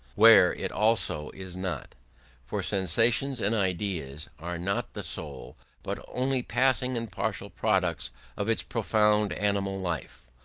where it also is not for sensations and ideas are not the soul but only passing and partial products of its profound animal life.